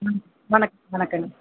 ம் வணக்கம் வணக்கங்க